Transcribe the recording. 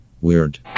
weird